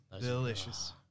delicious